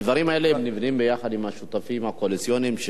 הדברים האלה נבנים ביחד עם השותפים הקואליציוניים,